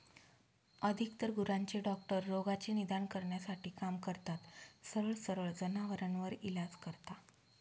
अधिकतर गुरांचे डॉक्टर रोगाचे निदान करण्यासाठी काम करतात, सरळ सरळ जनावरांवर इलाज करता